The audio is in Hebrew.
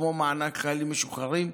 כמו מענק חיילים משוחררים,